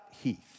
Heath